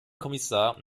kommissar